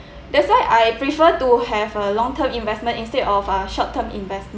that's why I prefer to have a long term investment instead of uh short term investment